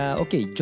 okay